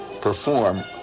perform